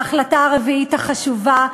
ההחלטה הרביעית החשובה,